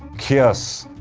kyuss,